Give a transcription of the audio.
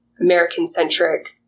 American-centric